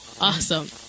awesome